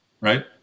right